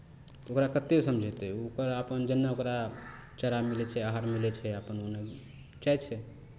ओकरा कतेक समझयतै ओकरा अपन जेन्नऽ ओकरा चारा मिलै छै आहार मिलै छै अपन ओन्नऽ जाइ छै